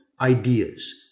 ideas